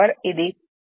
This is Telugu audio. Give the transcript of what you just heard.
ఇది 3I2 2 r2